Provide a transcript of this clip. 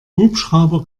hubschrauber